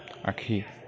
আশী